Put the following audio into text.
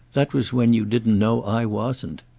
that was when you didn't know i wasn't!